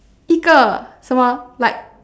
一个什么啊 like